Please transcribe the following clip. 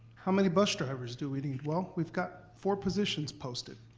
how many bus drivers do we need? well, we got four positions posted.